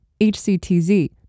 HCTZ